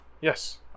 Yes